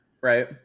right